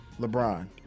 LeBron